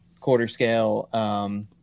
quarter-scale